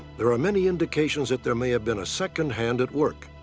there are many indications that there may have been a second hand at work.